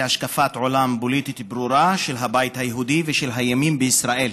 זה השקפת עולם פוליטית ברורה של הבית היהודי ושל הימין בישראל.